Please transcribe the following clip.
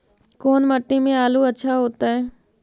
कोन मट्टी में आलु अच्छा होतै?